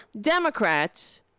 Democrats